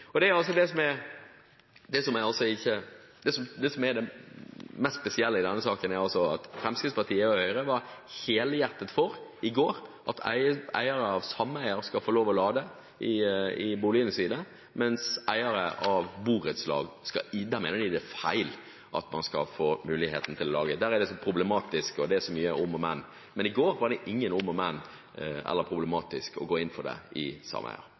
i går var helhjertet for at eiere i sameier skal få lov til å lade i boligene sine, mens når det gjelder eiere i borettslag, mener de det er feil at man skal få mulighet til å lade. Der er det problematisk og mye om og men, men i går var det ikke noe om og men, og ikke problematisk å gå inn for det i